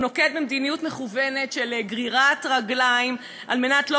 הוא נוקט מדיניות מכוונת של גרירת רגליים על מנת שלא